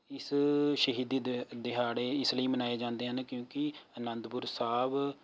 ਇਸ ਸ਼ਹੀਦੀ ਦੇ ਦਿਹਾੜੇ ਇਸ ਲਈ ਮਨਾਏ ਜਾਂਦੇ ਹਨ ਕਿਉਂਕਿ ਅਨੰਦਪੁਰ ਸਾਹਿਬ